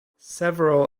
several